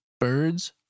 birds